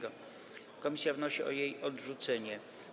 Komisja wnosi o jej odrzucenie.